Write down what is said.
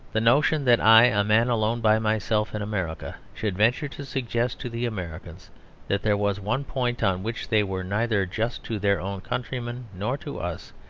the notion that i, a man alone by myself in america, should venture to suggest to the americans that there was one point on which they were neither just to their own countrymen nor to us,